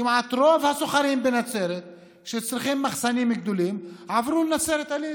כמעט רוב הסוחרים בנצרת שצריכים מחסנים גדולים עברו לנצרת עילית.